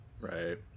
right